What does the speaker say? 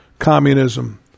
communism